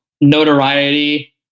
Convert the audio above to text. notoriety